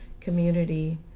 community